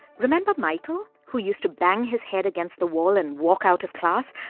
remember michael, who used to bang his head against the wall and walk out of class?